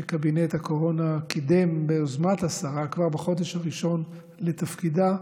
שקבינט הקורונה קידם ביוזמת השרה כבר בחודש הראשון לתפקידה,